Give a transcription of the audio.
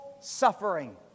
suffering